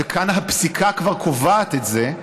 וכאן הפסיקה כבר קובעת את זה,